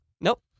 Nope